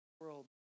world